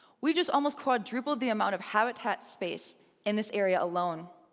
we just almost quadrupled the amount of habitat space in this area alone.